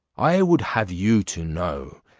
i would have you to know,